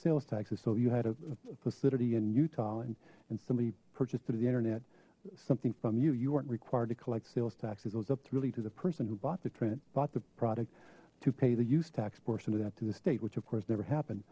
sales taxes so you had a facility in utah and somebody purchased through the internet something from you you weren't required to collect sales taxes those up really to the person who bought the trend bought the product to pay the use tax portion of that to the state which of course never happened